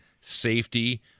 safety